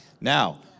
Now